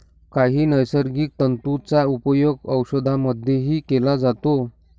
काही नैसर्गिक तंतूंचा उपयोग औषधांमध्येही केला जातो